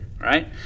right